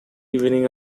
evening